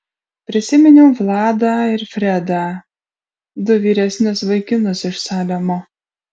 prisiminiau vladą ir fredą du vyresnius vaikinus iš salemo